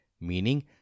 Meaning